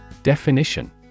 Definition